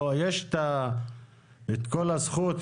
יש את כל הזכות,